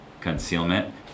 concealment